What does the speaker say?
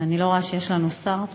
אני לא רואה שיש לנו פה שר.